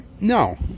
no